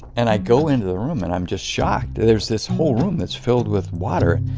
and i go into the room, and i'm just shocked. there's this whole room that's filled with water.